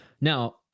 Now